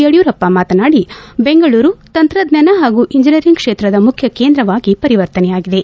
ಯಡಿಯೂರಪ್ಪ ಮಾತನಾಡಿ ಬೆಂಗಳೂರು ತಂತ್ರಜ್ಞಾನ ಹಾಗೂ ಇಂಜಿನಿಯರಿಂಗ್ ಕ್ಷೇತ್ರದ ಮುಖ್ಯ ಕೇಂದ್ರವಾಗಿ ಪರಿವರ್ತನೆಯಾಗಿದೆ